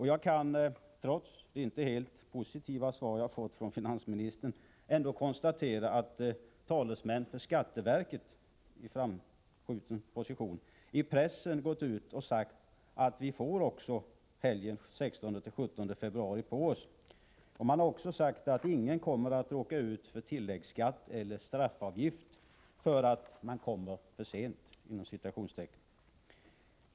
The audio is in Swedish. Jag kan trots det inte helt positiva svar som jag fått från finansministern konstatera, att talesmän, i framskjuten position, för skatteverket till pressen har sagt att vi kommer att få också helgen den 16-17 februari på oss. Man har också sagt att ingen kommer att råka ut för tilläggsskatt eller straffavgift därför att man kommer ”för sent” med deklarationen.